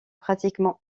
pratiquement